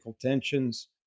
tensions